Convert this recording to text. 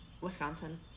Wisconsin